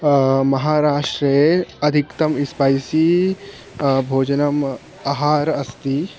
महाराष्ट्रे अधिकम् इस्पैसी भोजनम् आहारम् अस्ति